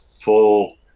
full